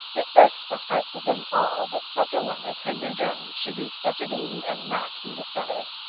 it irked the hearts of them all that such a one as henry jones should do such a deed and not be discovered.